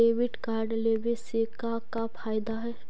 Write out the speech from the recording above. Debit card लेवे से का का फायदा है?